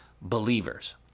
believers